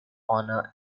honor